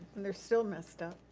and they're still messed up.